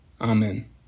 Amen